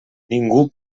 ningú